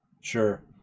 Sure